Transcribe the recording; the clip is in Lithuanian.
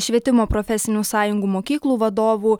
išvietimo profesinių sąjungų mokyklų vadovų